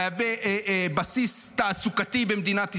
מהווה בסיס תעסוקתי במדינת ישראל,